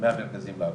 ומהמרכזים לעמותות.